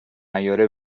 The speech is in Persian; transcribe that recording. نیاره